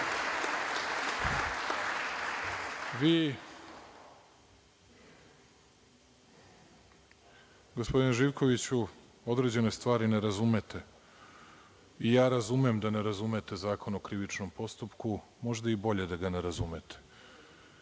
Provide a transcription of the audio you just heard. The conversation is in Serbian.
gospodine Živkoviću, vi određene stvari ne razumete i ja razumem da ne razumete Zakon o krivičnom postupku, možda i bolje da ga ne razumete.